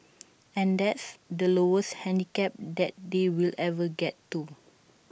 and that's the lowest handicap that they'll ever get to